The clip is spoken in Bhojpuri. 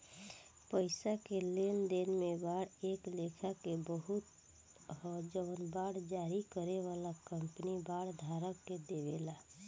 पईसा के लेनदेन में बांड एक लेखा के सबूत ह जवन बांड जारी करे वाला कंपनी बांड धारक के देवेला